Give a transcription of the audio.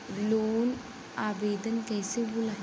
Loan आवेदन कैसे होला?